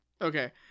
Okay